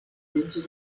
名字